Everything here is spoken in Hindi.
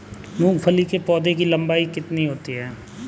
मूंगफली के पौधे की लंबाई कितनी होती है?